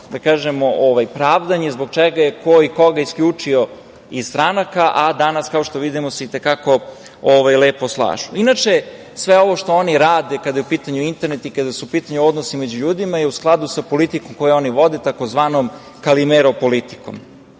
za međusobno pravdanje zbog čega je ko i koga isključio iz stranaka, a danas kao što vidimo se i te kako lepo slažu. Inače, sve ovo što oni rade kada je u pitanju internet i kada su u pitanju odnosi među ljudima i u skladu sa politikom koju oni vode tzv. Kalimero politikom.